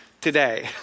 today